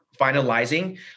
finalizing